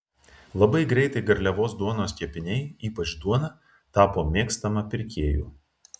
labai greitai garliavos duonos kepiniai ypač duona tapo mėgstama pirkėjų